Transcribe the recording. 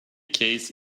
case